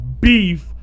beef